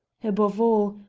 above all,